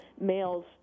males